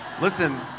Listen